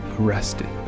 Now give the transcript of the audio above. arrested